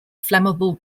flammable